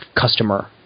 customer